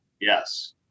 Yes